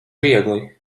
viegli